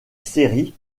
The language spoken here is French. séries